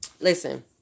Listen